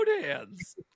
hands